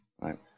right